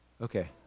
Okay